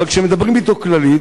אבל כשמדברים אתו כללית,